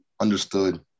understood